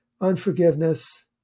unforgiveness